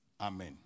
Amen